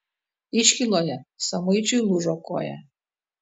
iškyloje samuičiui lūžo koja